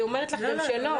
היא אומרת לכם שלא.